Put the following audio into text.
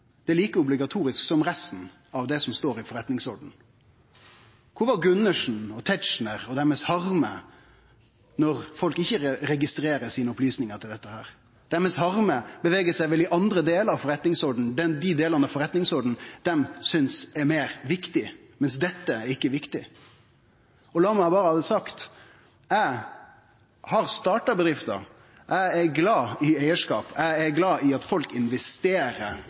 Det er like obligatorisk som resten av det som står i forretningsordenen. Kvar er Gundersen og Tetzschner og deira harme når folk ikkje registrerer opplysningane sine? Deira harme beveger seg vel i andre delar av forretningsordenen, dei delane av forretningsordenen dei synest er viktigare, mens dette ikkje er viktig. Og la meg berre ha sagt det: Eg har starta bedrifter, eg er glad i eigarskap, eg er glad i at folk investerer